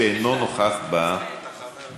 שאינו נוכח במליאה.